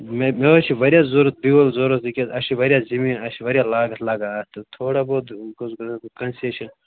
مےٚ مےٚ حظ چھُ واریاہ ضروٗرت بیٛوٚل ضروٗرت وُنکٮ۪س اَسہِ چھِ واریاہ زمیٖن اَسہِ چھِ واریاہ لاگَت لَگان اَتھ تھوڑا بہت گوٚژھ گَژھُن کَنسیشَن